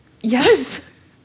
Yes